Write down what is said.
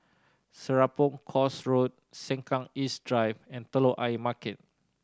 Serapong Course Road Sengkang East Drive and Telok Ayer Market